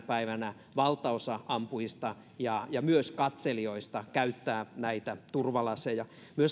päivänä valtaosa ampujista ja ja myös katselijoista käyttää turvalaseja